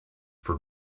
for